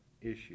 issue